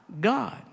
God